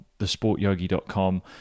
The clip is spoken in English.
thesportyogi.com